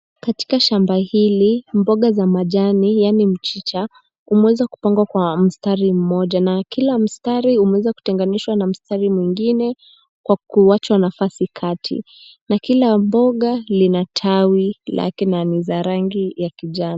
Katika shamba hili, mboga za majani yaani mchicha imeweza kupangwa kwa mstari mmoja na kila mstari umeweza kutenganishwa na mstari mwingine kwa kuachwa nafasi kati. Na kila mboga lina tawi lake na ni za rangi ya kijani.